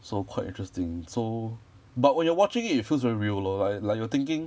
so quite interesting so but when you're watching it it feels very real lor like like you're thinking